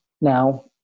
now